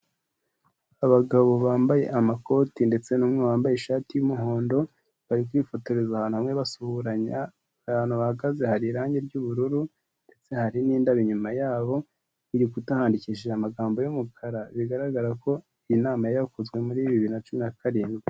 Abagabo bambaye amakoti ndetse n'umwe wambaye ishati y'umuhondo bari kwifotoreza ahantu hamwe basuhuzanya, ahantu bahagaze hari irangi ry'ubururu ndetse hari n'indabo inyuma yabo, ku gikuta handikishije amagambo y'umukara bigaragara ko iyi nama yakozwe muri bibiri na cumi na karindwi.